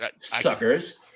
suckers